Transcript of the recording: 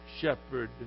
shepherd